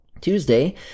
Tuesday